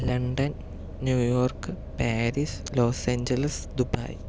London New York Paris Los Angeles Dubai